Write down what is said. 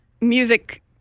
music